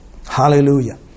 Hallelujah